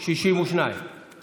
הצעת חוק-יסוד: הממשלה (תיקון,